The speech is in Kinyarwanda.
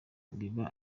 biba